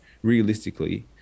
realistically